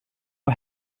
nhw